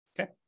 Okay